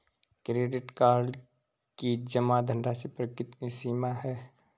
Credit card की जमा धनराशि पर कितनी सीमा है?